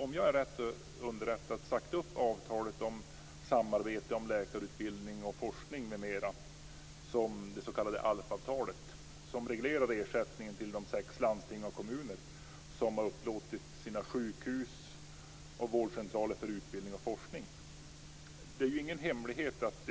Om jag är riktigt underrättad har regeringen sagt upp avtalet om samarbete om läkarutbildning, forskning m.m., det s.k. ALF-avtalet, som reglerar ersättningen till de sex landsting och kommuner som har upplåtit sina sjukhus och vårdcentraler för utbiledning och forskning. Det är ingen hemlighet att